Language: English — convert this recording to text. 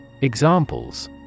Examples